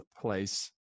place